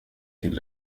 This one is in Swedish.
till